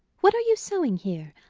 what are you sewing here?